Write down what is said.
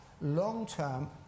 long-term